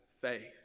faith